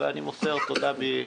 ואני מוסר את התודה לוועדה.